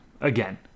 Again